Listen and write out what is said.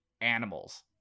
animals